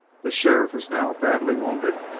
the sheriff is now badly wounded.